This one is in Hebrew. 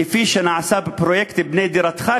כפי שנעשה בפרויקט "בנה דירתך",